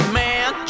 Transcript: man